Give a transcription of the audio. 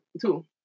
Two